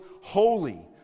holy